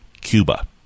Cuba